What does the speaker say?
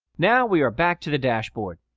now, we are back to the dashboard.